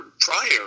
prior